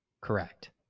Correct